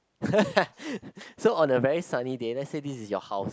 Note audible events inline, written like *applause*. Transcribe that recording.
*laughs* so on a very sunny day let's say this is your house